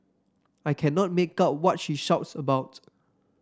I cannot make out what she shouts about